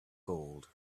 gold